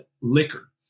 liquor